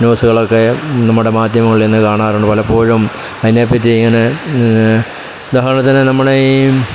ന്യൂസുകളൊക്കെ നമ്മുടെ മാധ്യമങ്ങളിൽ ഇന്ന് കാണാറുണ്ട് പലപ്പോഴും അതിനെപ്പറ്റി ഇങ്ങനെ ബഹളത്തിന് നമ്മുടെ ഈ